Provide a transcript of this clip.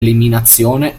eliminazione